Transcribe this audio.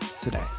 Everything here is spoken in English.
today